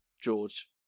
George